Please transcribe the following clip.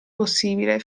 possibile